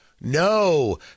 No